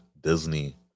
Disney